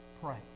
pray